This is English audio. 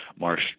Marsh